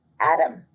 Adam